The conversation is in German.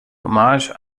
hommage